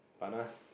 panas